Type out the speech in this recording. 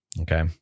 okay